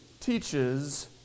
teaches